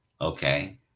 Okay